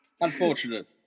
Unfortunate